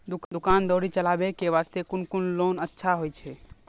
दुकान दौरी चलाबे के बास्ते कुन लोन अच्छा होय छै?